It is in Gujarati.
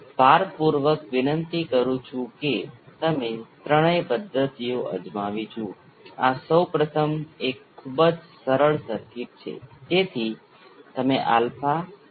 આમ આ ડાબી બાજુની સર્કિટ શ્રેણી R L C સર્કિટ તરીકે ઓળખાય છે અને જમણી બાજુની સર્કિટ સમાંતર R L C સર્કિટ તરીકે ઓળખાય છે